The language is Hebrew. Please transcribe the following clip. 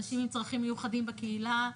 אנשים עם צרכים מיוחדים בקהילה,